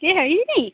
কি হেৰি নি